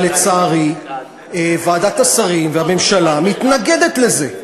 אבל לצערי ועדת השרים והממשלה מתנגדות לזה.